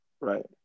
right